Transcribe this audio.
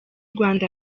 rwanda